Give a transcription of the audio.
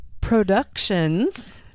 Productions